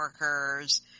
workers